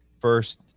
first